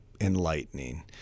enlightening